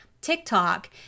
TikTok